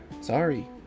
Sorry